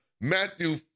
Matthew